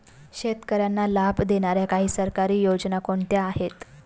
शेतकऱ्यांना लाभ देणाऱ्या काही सरकारी योजना कोणत्या आहेत?